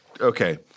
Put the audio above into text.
Okay